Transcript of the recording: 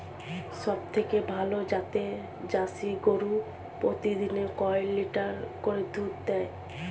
সবথেকে ভালো জাতের জার্সি গরু প্রতিদিন কয় লিটার করে দুধ দেয়?